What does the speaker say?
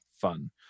fun